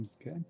Okay